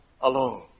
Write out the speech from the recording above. alone